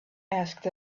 asked